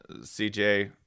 CJ